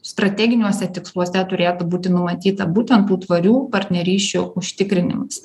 strateginiuose tiksluose turėtų būti numatyta būtent tų tvarių partnerysčių užtikrinimas